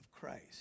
Christ